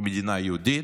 מדינה יהודית,